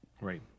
Right